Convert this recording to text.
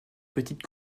petite